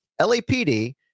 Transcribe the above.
LAPD